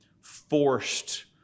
forced